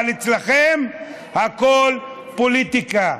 אבל אצלכם הכול פוליטיקה,